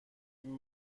این